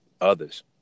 others